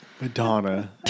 Madonna